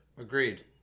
Agreed